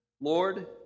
Lord